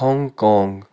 Hong Kong